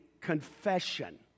confession